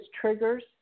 triggers